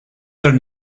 their